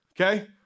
okay